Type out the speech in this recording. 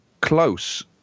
close